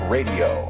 Radio